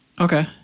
Okay